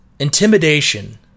Intimidation